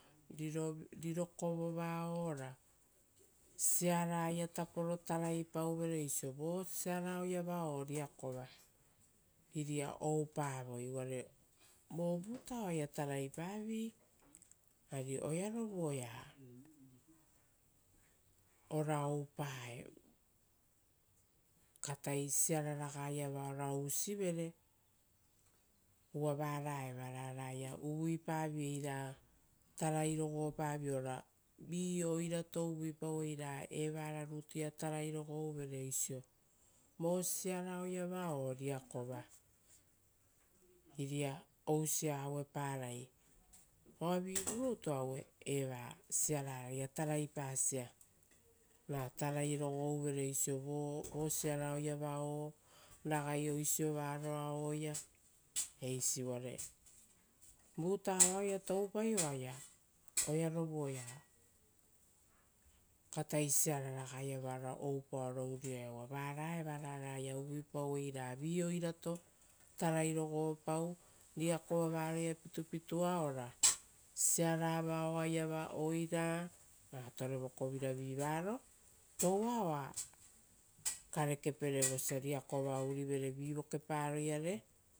Riro kovova o ora, siaraia tapo taraipauvere oisio, vo siaraoiava o riakova iria oupavoi, uvare vovutao oaia taraipaviei ari oearovu oea ora oupae katai siara raga iava. Uva vara evara oaraia uvuipaviei ra tarai rogo pavio ora vi oirato uvuipauei ra eva rutuia tarai rogo uvere oisio vo siaraoiava o riakova iria ousia aueparai. Oavivu rutu aue siara raia taraipasia ra tarai roao uvere oisio vo siara oiava o ragai oisiovaroa oia eisi uvare vuta vaoia oaia toupai oaia oearovu oea katai siara ragaiava ora oupaoro urioae, uva vara evara oaraia uvuipauei ra vi oirato tarai rogopau, riakova varoia pitupitua ora siara vao oaiava oira, ra torevoko vira vivaro toua oa karepere vosia riakova ourivere vi vokeparoiare